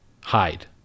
hide